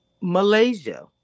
Malaysia